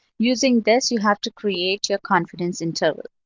using this, you have to create your confidence interval.